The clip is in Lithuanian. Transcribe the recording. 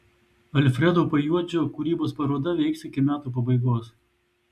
alfredo pajuodžio kūrybos paroda veiks iki metų pabaigos